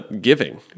Giving